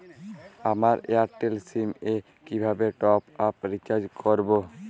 আমার Airtel sim এ কিভাবে টপ আপ রিচার্জ করবো?